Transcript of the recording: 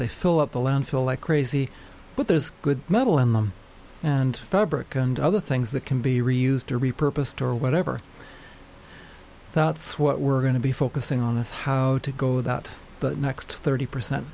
they fill up the landfill like crazy but there's good metal in them and fabric and other things that can be reused or repurposed or whatever that's what we're going to be focusing on is how to go about the next thirty percent